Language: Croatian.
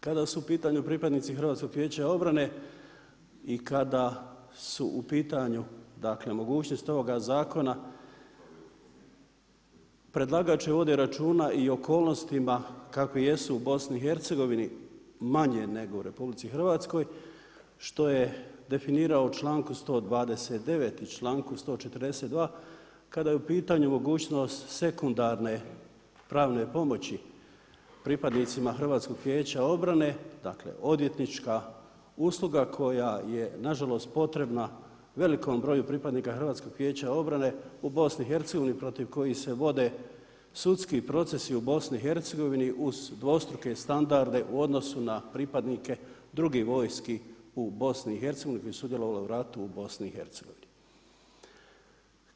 Kada su u pitanju pripadnici HVO-a i kada su u pitanju dakle mogućnosti ovoga zakona predlagač vodi računa i o okolnostima kakve jesu u BiH-a manje nego u RH što je definirao u članku 129. i članku 142. kada je u pitanju mogućnost sekundarne pravne pomoći pripadnicima HVO-a, dakle odvjetnička usluga koja je nažalost potrebna velikom broju pripadnika HVO-a u BiH-a protiv kojih se vode sudski procesi u BiH-a uz dvostruke standarde u odnosu na pripadnike drugih vojski u BiH-a koje su sudjelovale u ratu u BiH-a.